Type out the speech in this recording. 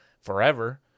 forever